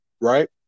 right